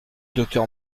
docteur